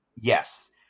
Yes